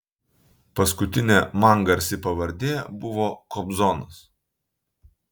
paskutinė man garsi pavardė buvo kobzonas